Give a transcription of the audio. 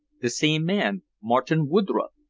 the same man, martin woodroffe.